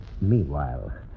Meanwhile